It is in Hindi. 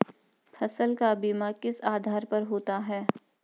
फसल का बीमा किस आधार पर होता है?